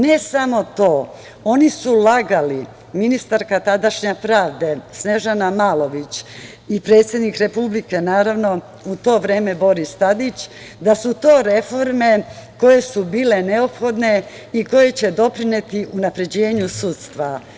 Ne samo to, oni su lagali, ministarka tadašnja pravde, Snežana Malović i predsednik Republike, naravno, u to vreme Boris Tadić, da su to reforme koje su bile neophodne i koje će doprineti unapređenju sudstva.